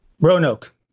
Roanoke